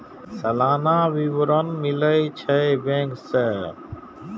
सलाना विवरण मिलै छै बैंक से?